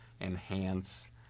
enhance